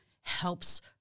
helps